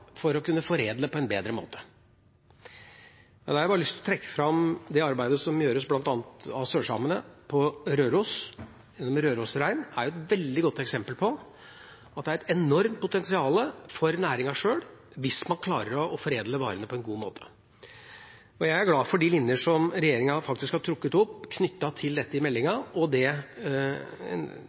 for å kunne foredle på en bedre måte. Jeg har lyst til å trekke fram det arbeidet som gjøres bl.a. av sørsamene på Røros med Rørosrein. Det er et veldig godt eksempel på at det er et enormt potensial for næringen sjøl hvis man klarer å foredle varene på en god måte. Jeg er glad for de linjene regjeringa har trukket opp knyttet til dette i meldingen, og det